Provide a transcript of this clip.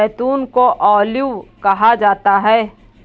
जैतून को ऑलिव कहा जाता है